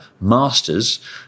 masters